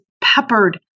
peppered